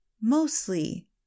mostly